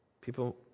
people